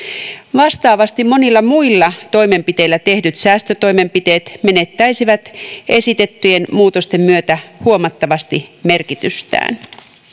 vastaavasti monilla muilla toimenpiteillä tehdyt säästötoimenpiteet menettäisivät esitettyjen muutosten myötä huomattavasti merkitystään